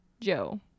joe